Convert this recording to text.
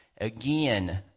again